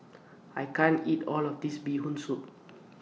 I can't eat All of This Bee Hoon Soup